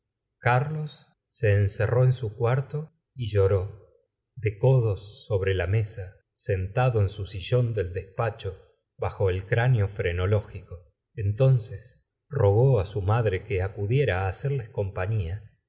carlos se encerró en su cuarto y lloró de codos sobre la mesa sentado en su sillón del despacho bajo el cráneo frenológico entonces rogó á su madre que acudiera hacerles compañía